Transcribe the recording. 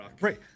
right